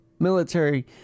Military